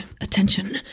Attention